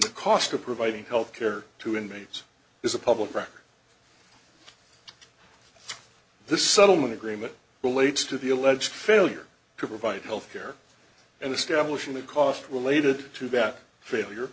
the cost of providing health care to inmates is a public record this settlement agreement relates to the alleged failure to provide health care and establishing the cost related to that failure